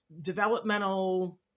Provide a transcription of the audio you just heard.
developmental